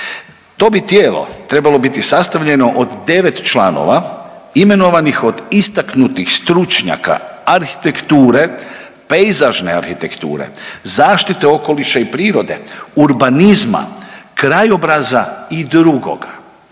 To bi tijelo trebalo biti sastavljeno od 9 članova imenovanih od istaknutih stručnjaka arhitekture, pejzažne arhitekture, zaštite okoliša i prirode, urbanizma, krajobraza i drugoga.